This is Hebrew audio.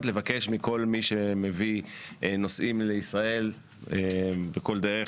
לבקש מכל מי שמביא נוסעים לישראל בכל דרך,